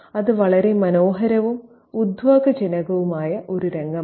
അത് വളരെ മനോഹരവും ഉദ്വേഗജനകവുമായ ഒരു രംഗമാണ്